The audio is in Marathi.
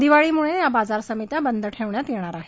दिवाळीमुळे या बाजार समित्या बंद ठेवण्यात येणार आहे